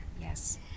Yes